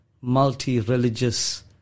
multi-religious